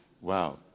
Wow